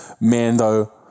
Mando